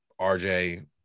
RJ